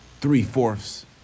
three-fourths